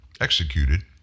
executed